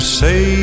say